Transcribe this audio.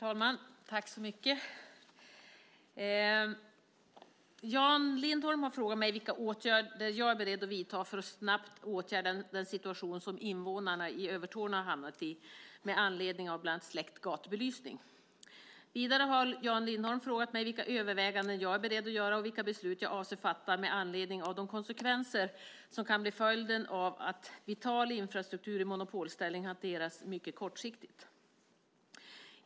Herr talman! Jan Lindholm har frågat mig vilka åtgärder jag är beredd att vidta för att snabbt åtgärda den situation som invånarna i Övertorneå har hamnat i med anledning av bland annat släckt gatubelysning. Vidare har Jan Lindholm frågat vilka överväganden jag är beredd att göra och vilka beslut jag avser att fatta med anledning av de konsekvenser som kan bli följden av att vital infrastruktur i monopolställning hanteras mycket kortsiktigt.